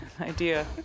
idea